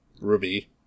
Ruby